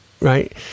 right